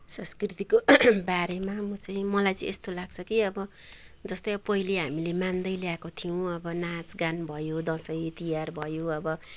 संस्कृतिको बारेमा म चाहिँ मलाई चाहिँ यस्तो लाग्छ कि अब जस्तै पहिले हामीले मान्दैल्याएको थियौँ अब नाचगान भयो दसैँतिहार भयो अब